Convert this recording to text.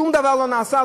שום דבר לא נעשה.